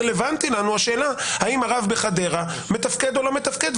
רלוונטית לנו השאלה האם הרב בחדרה מתפקד או לא מתפקד,